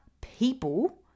people